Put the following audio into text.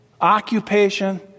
occupation